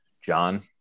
John